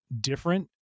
different